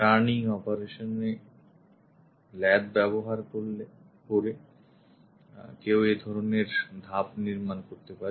turning operation এ লেদব্যবহার করে কেউ এ ধরনের ধাপ নির্মাণ করতে পারে